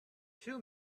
two